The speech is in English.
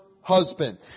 husband